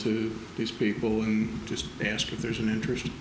to these people just ask if there's an interesting